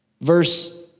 verse